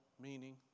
meaning